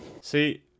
see